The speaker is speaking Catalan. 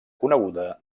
coneguda